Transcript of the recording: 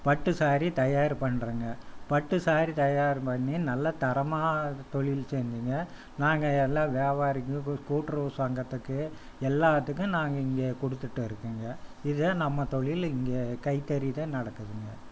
பட்டு ஸாரி தயார் பண்றங்க பட்டு ஸாரி தயார் பண்ணி நல்ல தரமாக தொழில் செஞ்சுங்க நாங்கள் எல்லாம் வியாபாரிங்க கூட்டுறவு சங்கத்துக்கு எல்லாத்துக்கும் நாங்கள் இங்கே கொடுத்துட்டு இருக்கங்க இதுதான் நம்ம தொழில் இங்கே கைத்தறி தான் நடக்குதுங்க